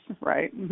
right